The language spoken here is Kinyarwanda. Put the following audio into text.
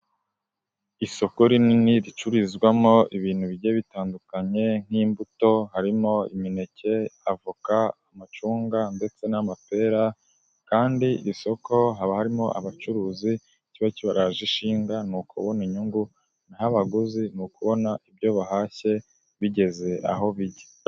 Isoko rinini ricururizwamo ibintu bigiye bitandukanye nk'imbuto, harimo imineke, avoka, amacunga ndetse n'amapera, kandi isoko haba harimo abacuruzi, ikiba kibaraje ishinga ni ukubona inyungu, naho abaguzi ni ukubona ibyo bahashye bigeze aho bijya.